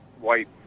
white